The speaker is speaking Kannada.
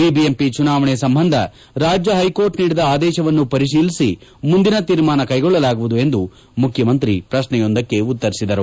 ಬಿಬಿಎಂಪಿ ಚುನಾವಣೆ ಸಂಬಂಧ ರಾಜ್ಕ ಹೈಕೋರ್ಟ್ ನೀಡಿದ ಆದೇಶವನ್ನು ಪರಿತೀಲಿಸಿ ಮುಂದಿನ ತೀರ್ಮಾನ ಕೈಗೊಳ್ಳಲಾಗುವುದು ಎಂದು ಮುಖ್ಯಮಂತ್ರಿ ಪ್ರಶ್ನೆಯೊಂದಕ್ಕೆ ಉತ್ತರಿಸಿದರು